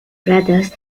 brothers